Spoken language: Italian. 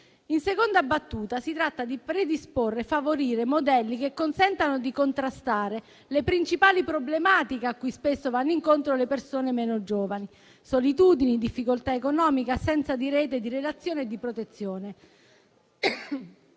In seconda battuta, si tratta di predisporre e favorire modelli che consentano di contrastare le principali problematiche a cui spesso vanno incontro le persone meno giovani: solitudini, difficoltà economica, assenza di rete di relazione e di protezione.